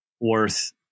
worth